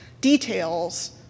details